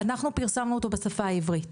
אנחנו פרסמנו אותו בשפה העברית,